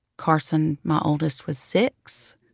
carson, my oldest, was six,